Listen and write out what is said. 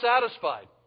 satisfied